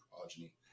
progeny